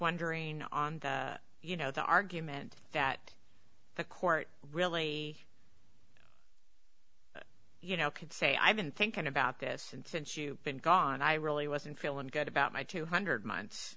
wondering you know the argument that the court really you know could say i've been thinking about this since you've been gone i really wasn't feeling good about my two hundred m